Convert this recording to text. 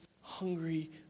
hungry